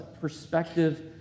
perspective